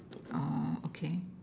orh okay